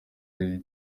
lil